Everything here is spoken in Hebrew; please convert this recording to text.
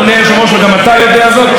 על הפרטנר הפלסטיני.